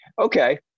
Okay